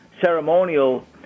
ceremonial